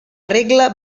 regla